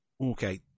Okay